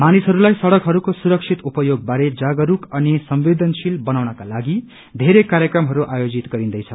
मानिसहरूलाई सड़कहरूको सुरक्षित उपयोग बारे जागरूक अनि संवेदनशील बताउनकालागि बेरै कार्यक्रमहरू आयोजित गरिन्दैछ